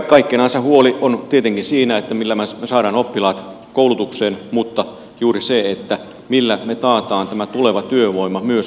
kaikkinensa huoli on tietenkin siinä millä me saamme oppilaat koulutukseen mutta myös juuri siinä millä me takaamme tämän tulevan työvoiman myös kasvukeskusten ulkopuolelle